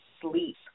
sleep